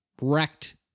wrecked